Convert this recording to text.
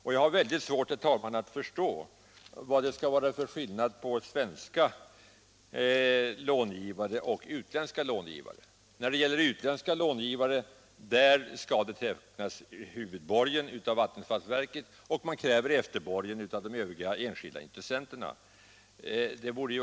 Tisdagen den Jag har svårt att förstå vad det kan vara för skillnad på svenska och Ididecember 1976 utländska långivare. För utländska långivare skall vattenfallsverket teck= I na huvudborgen, och efterborgen skall tecknas av de enskilda intres — Anslag till kraftstasenterna.